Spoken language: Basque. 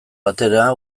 batera